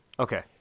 Okay